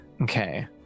Okay